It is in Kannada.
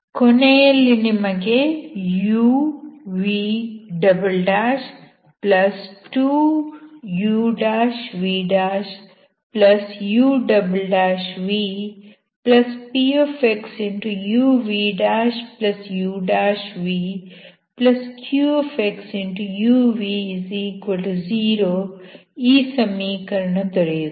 ಕೊನೆಯಲ್ಲಿ ನಿಮಗೆ uv2uvuvpxuvuvqxuv0 ಈ ಸಮೀಕರಣ ದೊರೆಯುತ್ತದೆ